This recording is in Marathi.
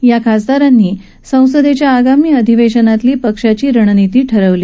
या खासदारांनी संसदेच्या आगामी अधिवेशनातली पक्षाची रणनिती ठरवली